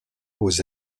aux